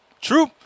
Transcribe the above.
True